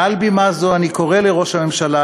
מעל בימה זו אני קורא לראש הממשלה,